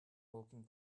walking